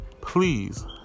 Please